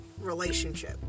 relationship